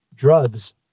drugs